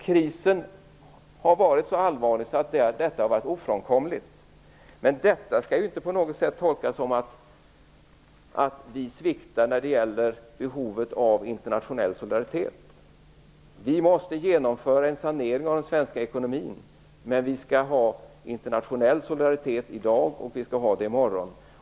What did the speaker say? Krisen har varit så allvarlig att detta har varit ofrånkomligt. Men detta skall inte på något sätt tolkas så att vi sviktar när det gäller behovet av internationell solidaritet. Vi måste genomföra en sanering av den svenska ekonomin, men vi skall ha en internationell solidaritet både i dag och i morgon.